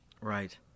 Right